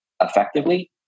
effectively